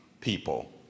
people